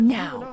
now